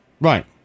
Right